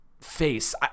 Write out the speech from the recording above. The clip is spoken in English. face